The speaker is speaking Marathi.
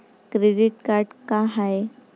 क्रेडिट कार्ड का हाय?